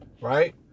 right